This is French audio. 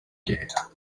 guerre